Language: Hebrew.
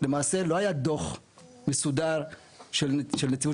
למעשה לא היה דו"ח מסודר של נציבות